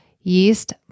yeast